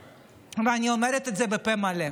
ואני אומרת את זה בפה מלא.